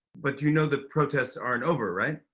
but you know that protests aren't over, right?